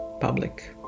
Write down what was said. public